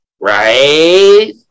Right